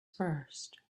first